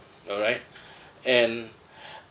alright and